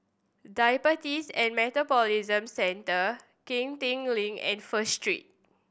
Diabetes and Metabolism Centre Genting Link and First Street